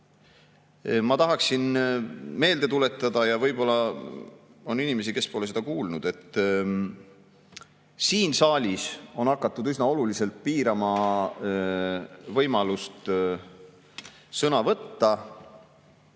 ma tahaksin meelde tuletada – ja võib-olla on inimesi, kes pole seda kuulnud –, et siin saalis on hakatud üsna oluliselt piirama võimalust sõna võtta.